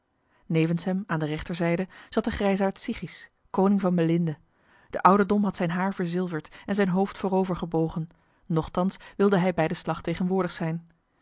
nevens hem aan de rechterzijde zat de grijsaard sigis koning van melinde de ouderdom had zijn haar verzilverd en zijn hoofd voorover gebogen nochtans wilde hij bij de slag tegenwoordig zijn